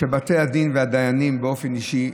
שבתי הדין והדיינים, באופן אישי,